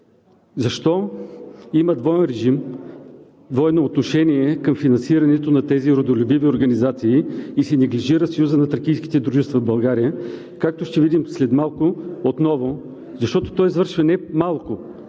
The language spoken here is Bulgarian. защо има двоен режим, двойно отношение към финансирането на тези родолюбиви организации и се неглижира Съюзът на тракийските дружества в България, както ще видим след малко отново, защото той извършва немалко